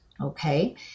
okay